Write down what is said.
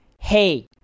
hey